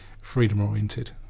freedom-oriented